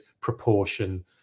proportion